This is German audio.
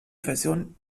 version